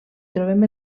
trobem